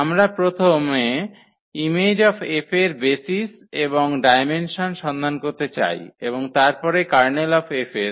আমরা প্রথম Im এর বেসিস এবং ডায়মেনসন সন্ধান করতে চাই এবং তারপরে Ker𝐹 এর